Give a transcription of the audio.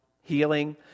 healing